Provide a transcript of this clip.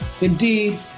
Indeed